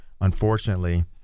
Unfortunately